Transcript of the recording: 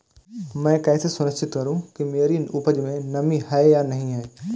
मैं कैसे सुनिश्चित करूँ कि मेरी उपज में नमी है या नहीं है?